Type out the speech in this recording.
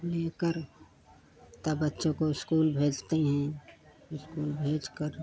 लेकर तब बच्चों को इस्कूल भेजते हैं इस्कूल भेजकर